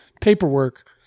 paperwork